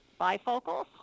bifocals